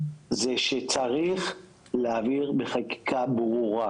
זה שצריך להעביר בחקיקה ברורה